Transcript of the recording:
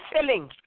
filling